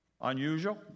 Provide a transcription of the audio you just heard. Unusual